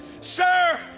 Sir